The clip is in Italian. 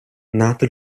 nato